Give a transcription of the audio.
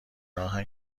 راهن